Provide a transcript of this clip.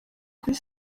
kuri